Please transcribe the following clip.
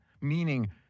meaning